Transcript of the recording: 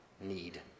need